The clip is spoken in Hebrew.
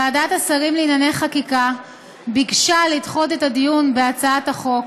ועדת השרים לענייני חקיקה ביקשה לדחות את הדיון בהצעת החוק